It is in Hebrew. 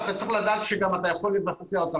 אתה צריך לדעת שגם אתה יכול לבצע אותה,